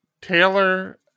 Taylor